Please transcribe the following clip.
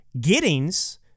Giddings